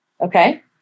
okay